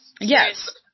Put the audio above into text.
Yes